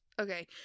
okay